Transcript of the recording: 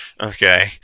Okay